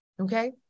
okay